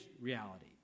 reality